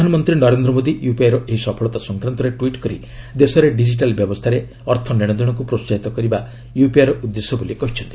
ପ୍ରଧାମନ୍ତୀ Narendra Modi UPI ର ଏହି ସଫଳତା ସଂକ୍ରାନ୍ତରେ ଟ୍ୱିଟ୍ କରି ଦେଶରେ ଡିଜିଟାଲ୍ ବ୍ୟବସ୍ଥାରେ ଅର୍ଥ ନେଶଦେଶକୁ ପ୍ରୋହାହିତ କରିବା ୟୁପିଆଇ ର ଉଦ୍ଦେଶ୍ୟ ବୋଲି କହିଛନ୍ତି